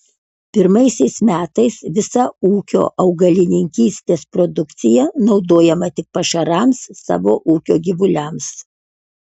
pirmaisiais metais visa ūkio augalininkystės produkcija naudojama tik pašarams savo ūkio gyvuliams